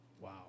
Wow